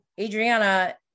Adriana